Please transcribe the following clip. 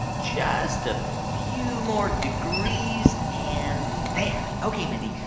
just a few more degrees, and there. ok, mindy,